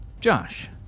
Josh